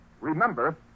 Remember